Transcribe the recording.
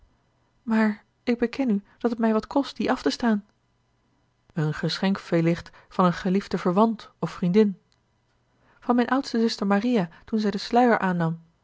maar ik beken u dat het mij wat kost dien af te staan een geschenk veellicht van een geliefde verwant of vriendin van mijne oudste zuster maria toen zij den sluier aannam